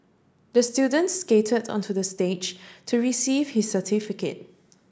the student skated onto the stage to receive his certificate